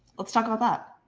let's talk about that.